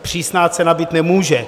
Přísná cena být nemůže.